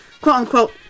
quote-unquote